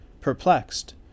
perplexed